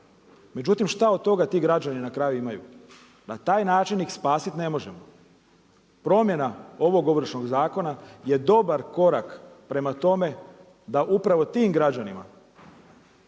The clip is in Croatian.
međutim šta od toga ti građani na kraju imaju? Na taj način ih spasiti ne možemo. Promjena ovog Ovršnog zakona je dobar korak prema tome da upravo tim građanima